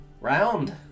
Round